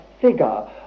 figure